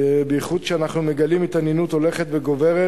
בייחוד כשאנו מגלים התעניינות הולכת וגוברת